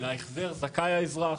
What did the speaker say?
של ההחזר זכאי האזרח.